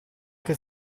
che